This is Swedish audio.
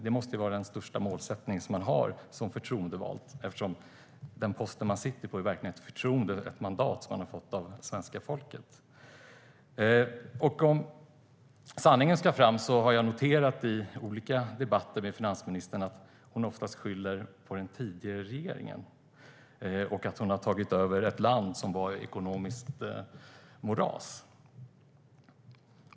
Det måste ju vara den största målsättning som man har som förtroendevald, för den post man sitter på är verkligen ett förtroende, ett mandat, som man har fått av svenska folket. Jag har noterat i olika debatter med finansministern att hon oftast skyller på den tidigare regeringen och att hon säger att hon har tagit över ett land som var i ekonomiskt moras.